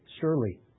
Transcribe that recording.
Surely